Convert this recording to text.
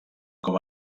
com